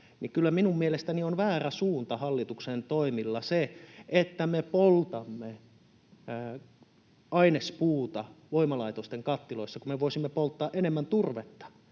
minun mielestäni on väärä suunta hallituksen toimilla se, että me poltamme ainespuuta voimalaitosten kattiloissa, kun me voisimme polttaa enemmän turvetta.